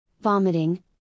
vomiting